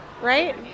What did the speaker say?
right